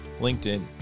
LinkedIn